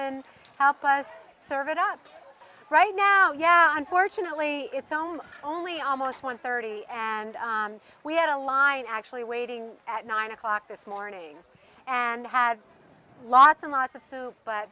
n help us serve it up right now yeah unfortunately it's only only almost one thirty and we had a line actually waiting at nine o'clock this morning and had lots and lots of soup but